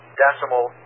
decimal